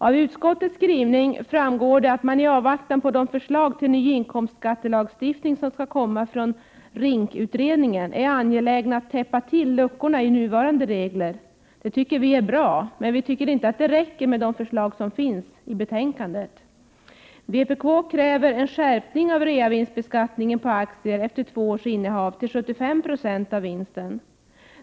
Av utskottets skrivning framgår att man i avvaktan på de förslag till ny inkomstskattelagstiftning som skall komma från RINK-utredningen är angelägen att täppa till luckorna i nuvarande regler. Det tycker vi är bra, men vi anser inte att de förslag som finns i betänkandet räcker. Vpk kräver en skärpning av reavinstbeskattningen på aktier efter två års innehav till 75 26 av vinsten.